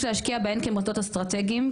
יש להשקיע בהם כמוסדות אסטרטגיים,